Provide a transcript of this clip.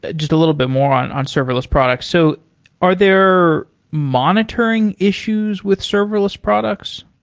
just a little bit more on on serverless products. so are there monitoring issues with serverless products?